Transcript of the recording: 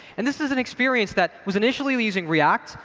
and this is an experience that was initially using react.